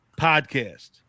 podcast